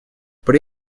при